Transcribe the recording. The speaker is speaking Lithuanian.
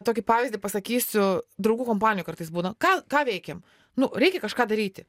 tokį pavyzdį pasakysiu draugų kompanijų kartais būna ką ką veikiam nu reikia kažką daryti